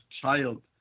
child